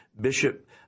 Bishop